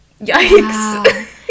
Yikes